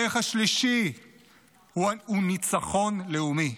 הערך השלישי הוא ניצחון לאומי,